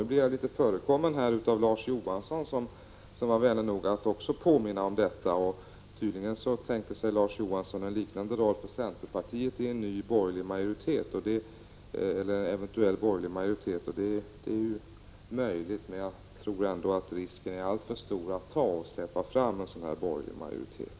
Nu blev jag i viss mån förekommen av Larz Johansson, som var vänlig nog att också påminna om detta. Tydligen tänker sig Larz Johansson en liknande roll för centerpartiet i en eventuell borgerlig majoritet. Det är möjligt, men jag tror ändå att det är en alltför stor risk att ta att släppa fram en borgerlig majoritet.